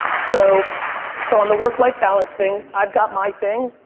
so so on the work life balance thing, i've got my thing.